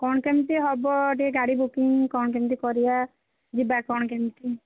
କ'ଣ କେମିତି ହବ ଟିକେ ଗାଡ଼ି ବୁକିଙ୍ଗ୍ କ'ଣ କେମିତି କରିବା ଯିବା କ'ଣ କେମିତି